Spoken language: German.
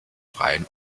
freien